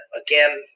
Again